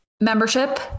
membership